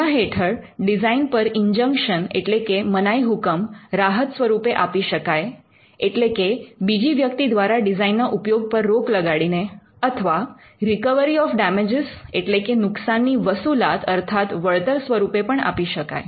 એના હેઠળ ડિઝાઇન પર ઈન્જંક્શન એટલે કે મનાઈહુકમ રાહત સ્વરૂપે આપી શકાય એટલે કે બીજી વ્યક્તિ દ્વારા ડિઝાઇનના ઉપયોગ પર રોક લગાડીને અથવા રિકવરી ઑફ ડેમેજીસ્ એટલે કે નુકસાનની વસુલાત અર્થાત વળતર સ્વરૂપે આપી શકાય